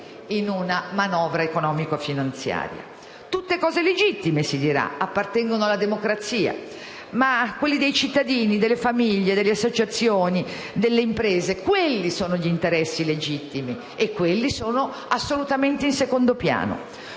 in una manovra economico-finanziaria. Tutte cose legittime - si dirà - che appartengono alla democrazia. Ma gli interessi dei cittadini, delle famiglie, delle associazioni, delle imprese, gli interessi legittimi, sono assolutamente in secondo piano.